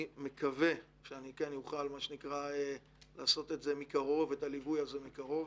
אני מקווה שאני כן אוכל לעשות את הליווי הזה מקרוב.